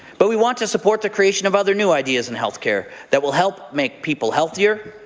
but we want to support the creation of other new ideas in health care that will help make people healthier,